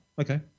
Okay